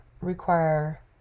require